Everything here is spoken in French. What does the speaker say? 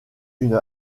une